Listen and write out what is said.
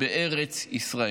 בארץ ישראל.